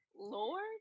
Lord